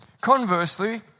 Conversely